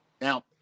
Now –